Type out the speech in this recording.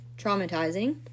traumatizing